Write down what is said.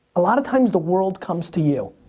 a lotta times the world comes to you.